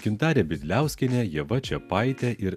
gintarė bidliauskienė ieva čiapaitė ir